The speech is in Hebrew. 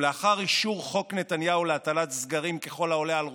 ולאחר אישור חוק נתניהו להטלת סגרים ככל העולה על רוחו,